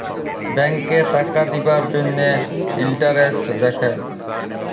ব্যাংকে টাকা দিবার জ্যনহে ইলটারেস্ট দ্যাখে